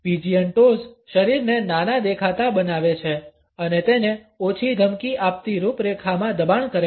pigeon toes શરીરને નાના દેખાતા બનાવે છે અને તેને ઓછી ધમકી આપતી રૂપરેખામાં દબાણ કરે છે